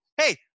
Hey